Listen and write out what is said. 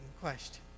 question